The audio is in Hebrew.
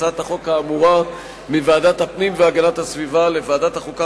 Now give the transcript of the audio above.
הצעת החוק האמורה מוועדת הפנים והגנת הסביבה לוועדת החוקה,